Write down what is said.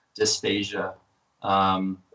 dysphagia